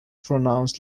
pronounced